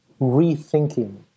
rethinking